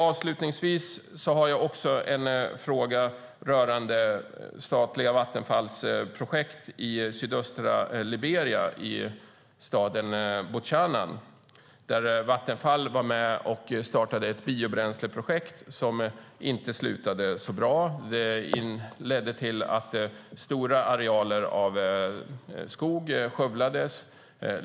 Avslutningsvis har jag en fråga rörande statliga Vattenfalls projekt i sydöstra Liberia i staden Buchanan, där Vattenfall var med och startade ett biobränsleprojekt som inte slutade så bra. Det ledde till att stora arealer av skog skövlades.